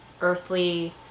earthly